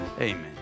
amen